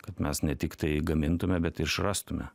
kad mes ne tiktai gamintume bet išrastume